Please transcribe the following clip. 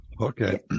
Okay